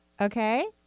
okay